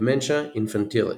"dementia infantilis"